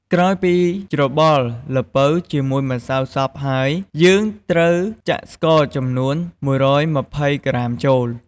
ក្រោយពីច្របល់ល្ពៅជាមួយម្សៅសព្វហើយ យើងត្រូវចាក់ស្ករចំនួន ១២០ក្រាមចូល។